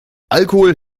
alkohol